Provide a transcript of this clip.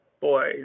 boy